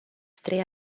trei